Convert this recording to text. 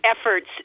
efforts